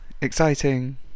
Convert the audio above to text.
exciting